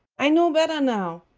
i know better now!